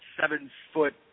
seven-foot